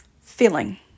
feeling